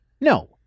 No